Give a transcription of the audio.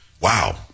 Wow